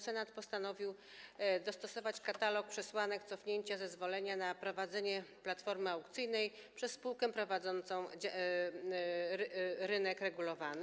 Senat postanowił dostosować katalog przesłanek cofnięcia zezwolenia na prowadzenie platformy aukcyjnej przez spółkę prowadzącą rynek regulowany.